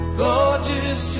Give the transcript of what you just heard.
gorgeous